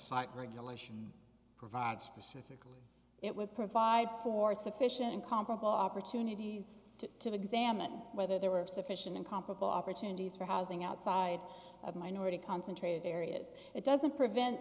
site regulation provide services it would provide for sufficient incomparable opportunities to examine whether there were sufficient comparable opportunities for housing outside of minority concentrated areas it doesn't prevent